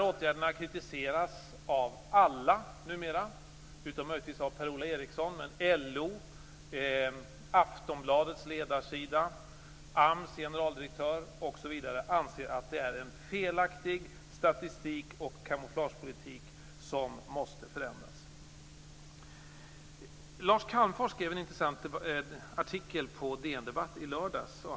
Åtgärderna kritiseras numera av alla, utom möjligtvis av AMS generaldirektör osv. anser att det är en felaktig statistik och kamouflagepolitik som måste förändras. Lars Calmfors skrev en intressant artikel på DN debatt i lördags.